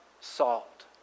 salt